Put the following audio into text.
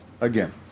again